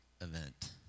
event